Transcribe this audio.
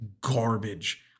garbage